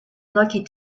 lucky